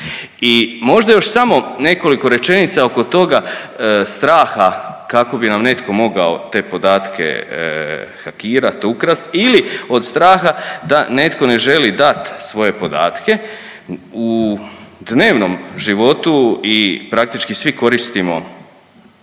I možda još samo nekoliko rečenica oko toga straha kako bi nam netko mogao te podatke hakirati, ukrasti ili od straha da netko ne želi dat svoje podatke u dnevnom životu i praktički svi koristimo